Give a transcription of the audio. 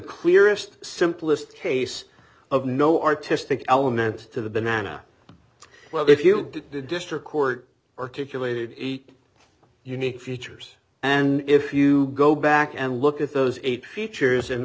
clearest simplest case of no artistic element to the banana well if you district court articulated eight unique features and if you go back and look at those eight features